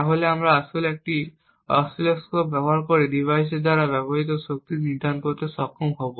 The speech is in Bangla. তাহলে আমরা আসলে একটি অসিলোস্কোপ ব্যবহার করে ডিভাইসের দ্বারা ব্যবহৃত শক্তি নিরীক্ষণ করতে সক্ষম হব